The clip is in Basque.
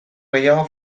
gehiago